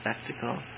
spectacle